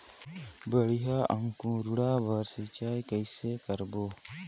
बढ़िया अंकुरण बर सिंचाई कइसे करबो?